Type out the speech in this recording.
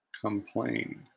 Complain